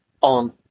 on